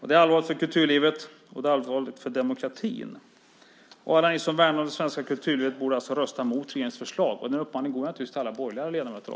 Det är allvarligt för kulturlivet och det är allvarligt för demokratin. Alla ni som värnar det svenska kulturlivet borde rösta mot regeringens förslag. Den uppmaningen går också till alla borgerliga ledamöter.